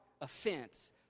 offense